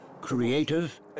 creative